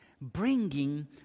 Bringing